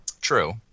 True